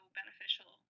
beneficial